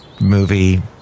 movie